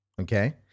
Okay